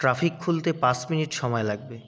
traffic খুলতে পাঁচ minute সময় লাগবে